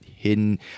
hidden